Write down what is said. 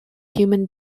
human